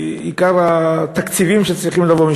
עיקר התקציבים שצריכים לבוא.